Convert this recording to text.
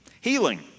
healing